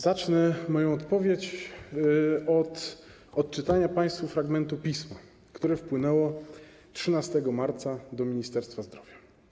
Zacznę moją odpowiedź od odczytania państwu fragmentu pisma, które wpłynęło 13 marca do Ministerstwa Zdrowia.